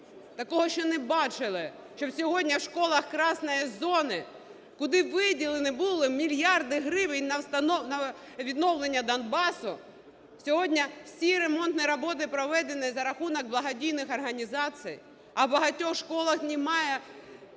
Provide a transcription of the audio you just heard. Такого ще не бачили, що сьогодні в школах "красной зоны", куди виділені були мільярди гривень на відновлення Донбасу, сьогодні всі ремонтні роботи проведені за рахунок благодійних організацій. А в багатьох школах немає